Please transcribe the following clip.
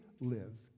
live